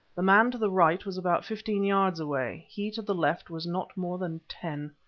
the man to the right was about fifteen yards away, he to the left was not more than ten.